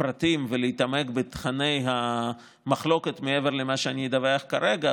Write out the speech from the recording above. פרטים ולהתעמק בתוכני המחלוקת מעבר למה שאני אדווח כרגע,